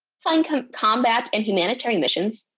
flying kind of combat and humanitarian missions,